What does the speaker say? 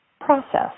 process